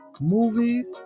movies